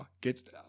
get